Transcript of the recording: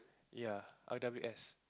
ya r_w_s